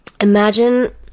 Imagine